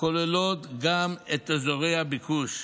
הכוללת גם את אזורי הביקוש,